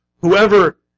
whoever